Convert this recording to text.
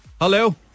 Hello